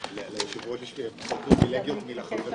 12:12.